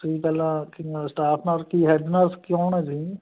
ਤੁਸੀਂ ਪਹਿਲਾਂ ਕੀ ਨਾ ਸਟਾਫ ਨਰਸ ਕੀ ਹੈਡ ਨਰਸ ਕੋਣ ਆ ਜੀ